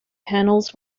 panels